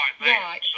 Right